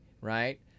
right